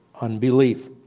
unbelief